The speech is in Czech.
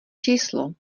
číslo